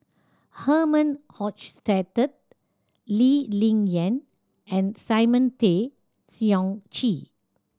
Herman Hochstadt Lee Ling Yen and Simon Tay Seong Chee